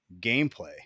gameplay